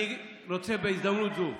אני רוצה בהזדמנות זאת